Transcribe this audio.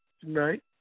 tonight